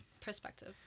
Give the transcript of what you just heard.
perspective